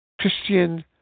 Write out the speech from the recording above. Christian